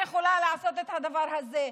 היא יכולה לעשות את הדבר הזה.